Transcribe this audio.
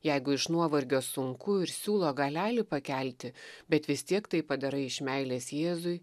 jeigu iš nuovargio sunku ir siūlo galelį pakelti bet vis tiek tai padarai iš meilės jėzui